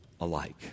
alike